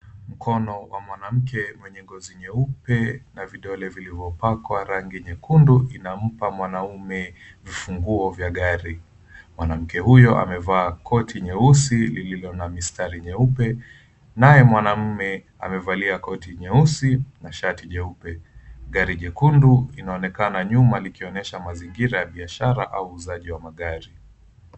Mkono wa mwanamke wenye ngozi nyeupe na vidole vilivyopakwa rangi nyekundu inampa mwanaume vifunguo vya gari. Mwanamke huyo amevaa koti nyeusi lililo na mistari nyeupe naye mwanaume amevalia koti nyeusi na shati jeupe. Gari jekundu linaonekana nyuma likionyesha mazingira ya biashara au uuzaji wa magari.